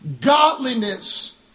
Godliness